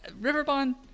riverbond